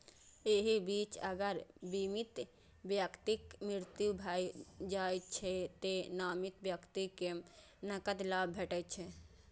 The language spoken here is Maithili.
एहि बीच अगर बीमित व्यक्तिक मृत्यु भए जाइ छै, तें नामित व्यक्ति कें नकद लाभ भेटै छै